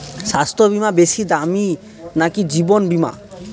স্বাস্থ্য বীমা বেশী দামী নাকি জীবন বীমা?